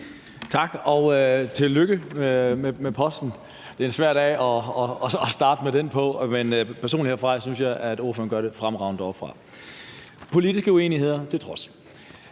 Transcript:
Tak, og tillykke med posten. Det er en svær dag at starte den på, men jeg synes personligt, at ordføreren gør det fremragende deroppefra – politiske uenigheder til trods.